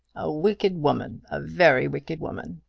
a wicked woman. a very wicked woman.